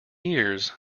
years